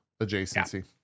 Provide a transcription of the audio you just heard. adjacency